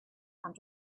and